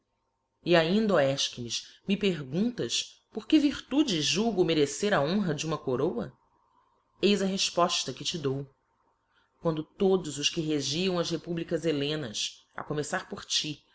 e ainda ó efchincs me perguntas por que irtudes julgo merecer a honra de uma coroa eis a refpoíla que te dou quando todos os que regiam as republicas heiicnicas a começar por ti